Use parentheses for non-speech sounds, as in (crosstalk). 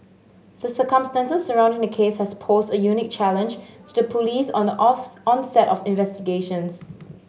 the circumstances surrounding the case has posed a unique challenge to the Police on the (unintelligible) onset of investigations